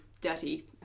dirty